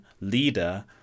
leader